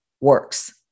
works